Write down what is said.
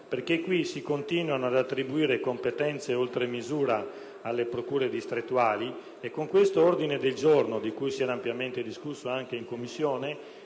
perché qui si continuano ad attribuire competenze oltre misura alle procure distrettuali e con quest'ordine del giorno, di cui si è ampiamente discusso anche in Commissione,